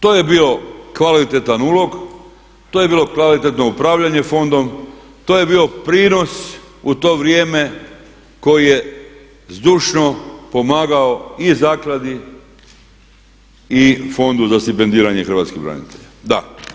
To je bio kvalitetan ulog, to je bilo kvalitetno upravljanje fondom, to je bio prinos u to vrijeme koji je zdušno pomagao i Zakladi i Fondu za stipendiranje hrvatskih branitelja, da.